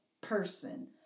person